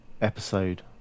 episode